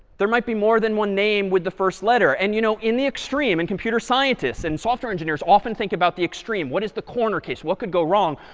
there might be more than one name with the first letter. and you know in the extreme and computer scientists and software engineers often think about the extreme. what is the corner case? what could go wrong?